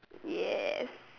yes